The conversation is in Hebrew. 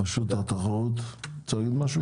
רשות התחרות, את רוצה להגיד משהו?